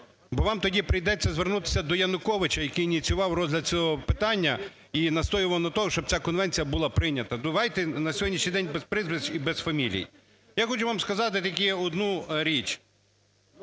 бо вам тоді прийдеться звернутися до Януковича, який ініціював розгляд цього питання і настоював на тому, щоб ця конвенція була прийнята. Давайте на сьогоднішній день без прізвищ і без фамілій. Я хочу вам сказати тільки одну річ.